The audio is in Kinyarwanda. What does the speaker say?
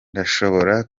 ndashobora